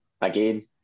again